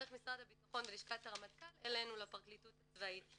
דרך משרד הביטחון ולשכת הרמטכ"ל אלינו לפרקליטות הצבאית.